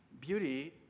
Beauty